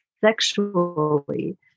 sexually